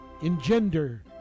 engender